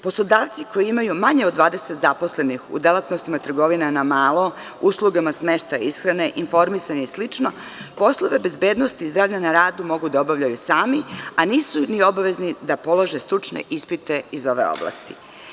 Poslodavci koji imaju manje od 20 zaposlenih u delatnostima: trgovina na malo, uslugama smeštaja i ishrane, informisanje i sl, poslove bezbednosti zdravlja na radu mogu da obavljaju sami, a nisu ni obavezni da polože stručne ispite iz ove oblasti“